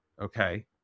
okay